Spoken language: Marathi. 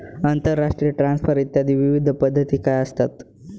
आंतरराष्ट्रीय ट्रान्सफर इत्यादी विविध पद्धती काय असतात?